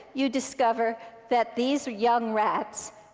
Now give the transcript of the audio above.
you discover that these young rats,